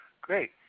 great